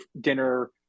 dinner